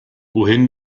wohin